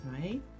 Right